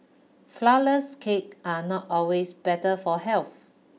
flourless cakes are not always better for health